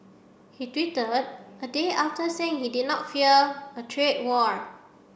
he tweeted a day after saying he did not fear a trade war